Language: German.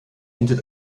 diente